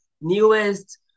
newest